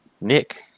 Nick